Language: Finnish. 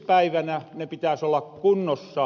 päivänä ne pitääs olla kunnossa